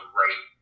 right